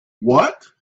what